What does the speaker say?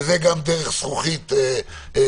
וזה גם דרך זכוכית סגורה.